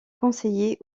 conseiller